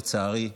לצערי,